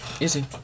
easy